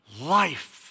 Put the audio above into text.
life